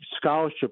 scholarship